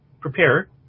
prepare